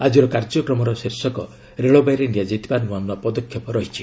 ଆଜିର କାର୍ଯ୍ୟକ୍ରମର ଶୀର୍ଷକ 'ରେଳବାଇରେ ନିଆଯାଇଥିବା ନୂଆନୂଆ ପଦକ୍ଷେପ' ରହିଛି